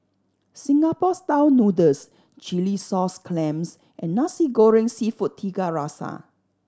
Singapore Style Noodles chilli sauce clams and Nasi Goreng Seafood Tiga Rasa